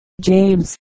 James